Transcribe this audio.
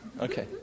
okay